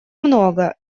много